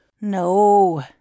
No